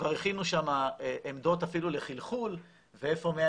כבר הכינו שם עמדות אפילו לחלחול ואיפה מי